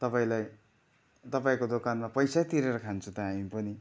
तपाईँलाई तपाईँको दोकानमा पैसै तिरेर खान्छौँ त हामी पनि